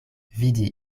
vidi